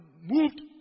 moved